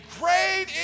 great